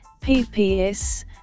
PPS